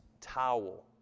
towel